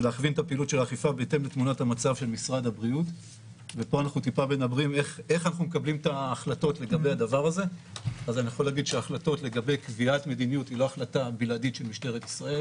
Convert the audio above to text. בהתאם לתמונת המצב שאנחנו מקבלים ולא בהתאם לגחמה כזאת או אחרת של מישהו